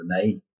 remain